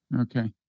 Okay